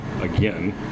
again